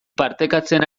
partekatzen